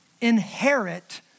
inherit